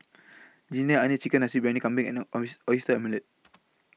Ginger Onions Chicken Nasi Briyani Kambing and Oyster Omelette